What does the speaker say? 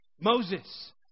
Moses